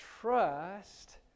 trust